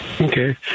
Okay